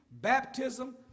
baptism